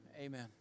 Amen